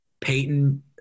Peyton –